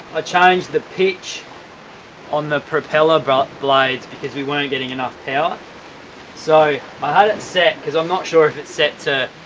ah changed the pitch on the propeller but blades because we weren't getting enough power so, i had it set because i'm not sure if it's set to.